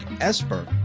Esper